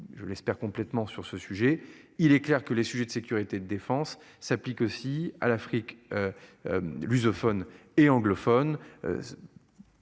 Je l'espère complètement sur ce sujet. Il est clair que les sujets de sécurité de défense s'applique aussi à l'Afrique. Lusophone et anglophone.